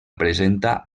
presenta